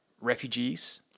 refugees